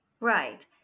Right